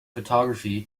photography